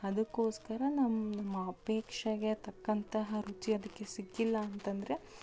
ಅದಕ್ಕೋಸ್ಕರ ನಮ್ಮ ಅಪೇಕ್ಷೆಗೆ ತಕ್ಕಂತಹ ರುಚಿ ಅದಕ್ಕೆ ಸಿಕ್ಕಿಲ್ಲ ಅಂತಂದರೆ